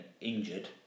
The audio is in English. injured